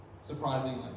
surprisingly